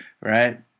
right